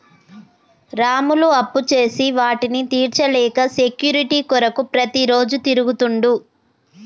రాములు అప్పుచేసి వాటిని తీర్చలేక సెక్యూరిటీ కొరకు ప్రతిరోజు తిరుగుతుండు